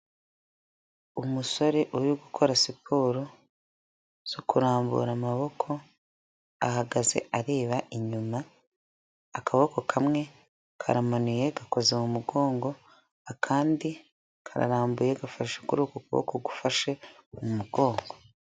Umusore uri gukora siporo zo kurambura amaboko ahagaze areba inyuma akaboko kamwe karamanuye gakoze mu mugongo akandi kararambuye gafashe kuri uko kuboko gufashe mu mugongo.